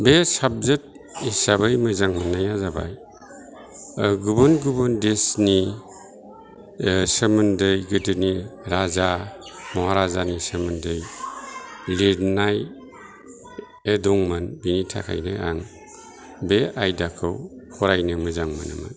बे साबजेक्त हिसाबै मोजां मोननाया जाबाय गुबुन गुबुन देसनि सोमोन्दै गोदोनि राजा महाराजानि सोमोन्दै लिरनाय दंमोन बिनि थाखायनो आं बे आइदाखौ फरायनो मोजां मोनोमोन